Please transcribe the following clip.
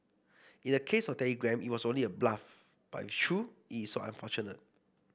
in the case of Telegram it was only a bluff but if true it is so unfortunate